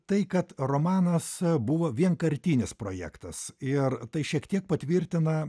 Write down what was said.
tai kad romanas buvo vienkartinis projektas ir tai šiek tiek patvirtina